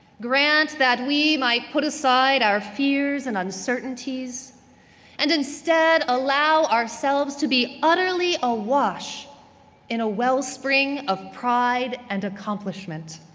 grant that we might put aside our fears and uncertainties and instead, allow ourselves to be utterly awash in a wellspring of pride and accomplishment.